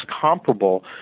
comparable